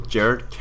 Jared